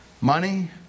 Money